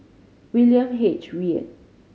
William H Read